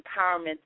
Empowerment